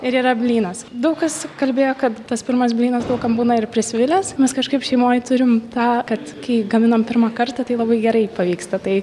ir yra blynas daug kas kalbėjo kad tas pirmas blynas daug kam būna ir prisvilęs mes kažkaip šeimoj turime tą kad kai gaminam pirmą kartą tai labai gerai pavyksta tai